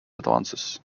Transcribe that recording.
advances